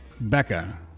Becca